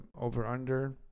over-under